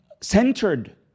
centered